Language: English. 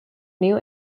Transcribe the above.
new